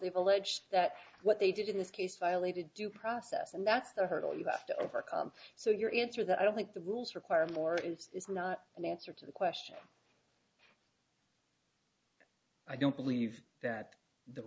they've alleged that what they did in this case violated due process and that's the hurdle you have to overcome so your answer that i don't think the rules require more is not an answer to the question i don't believe that the